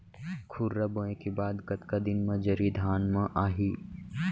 खुर्रा बोए के बाद कतका दिन म जरी धान म आही?